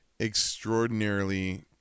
extraordinarily